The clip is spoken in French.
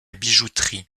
bijouterie